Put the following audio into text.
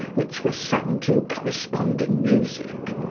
which were sung to corresponding music,